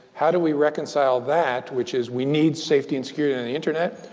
how do we reconcile that, which is we need safety and security on the internet,